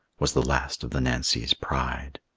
was the last of the nancy's pride.